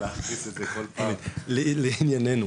לעניינו,